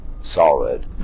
solid